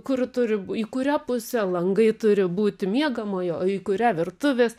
kur turi b į kurią pusę langai turi būti miegamojo o į kurią virtuvės